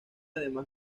además